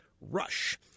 RUSH